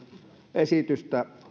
esitystä